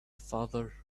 father